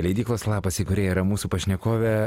leidiklos lapas įkūrėja yra mūsų pašnekovė